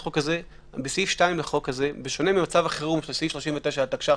בשונה ממצב החירום של סעיף 39 לתקש"ח